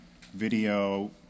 video